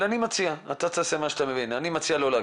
אני מציע לא להגיב.